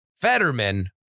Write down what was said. Fetterman